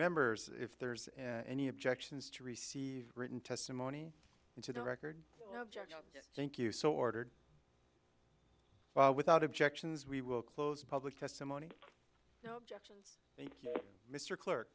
members if there's any objections to receive written testimony into the record judge thank you so ordered well without objections we will close public testimony